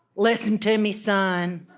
listen to me, son.